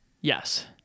Yes